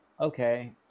okay